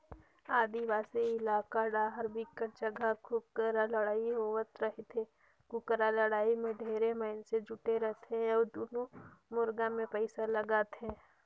आदिवासी इलाका डाहर बिकट जघा कुकरा लड़ई होवत रहिथे, कुकरा लड़ाई में ढेरे मइनसे जुटे रथे अउ दूनों मुरगा मे पइसा लगाथे